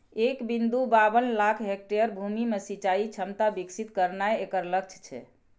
एक बिंदु बाबन लाख हेक्टेयर भूमि मे सिंचाइ क्षमता विकसित करनाय एकर लक्ष्य छै